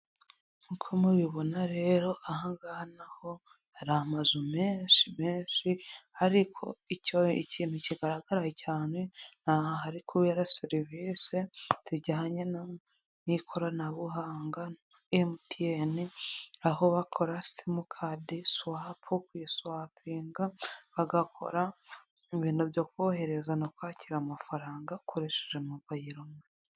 N k'uko mubibona rero aha hanga naho hari amazu menshi menshi ariko icyo ikintu kigaragaraye cyane ni ahan hari kubera serivisi zijyanye n'ikoranabuhanga MTN aho bakora simukadi, swapu, giswapinga bagakora ibintu byo kohereza no kwakira amafaranga akoresheje mobayiro mani.